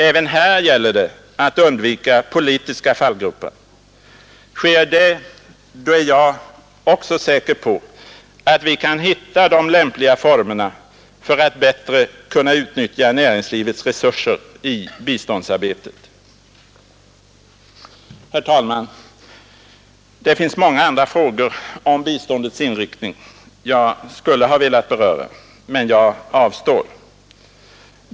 Även här gäller det att undvika politiska fallgropar. Sker det, då är jag också säker på att vi kan hitta de lämpliga formerna för att bättre kunna utnyttja näringslivets resurser i biståndsarbetet. Herr talman! Det finns många andra frågor om biståndets inriktning jag skulle ha velat beröra, men jag avstår.